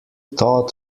thought